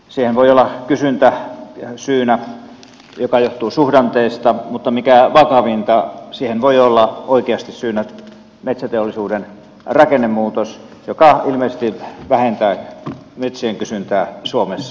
siihen voi olla syynä kysyntä joka johtuu suhdanteista mutta mikä vakavinta siihen voi olla oikeasti syynä metsäteollisuuden rakennemuutos joka ilmeisesti vähentää metsien kysyntää suomessa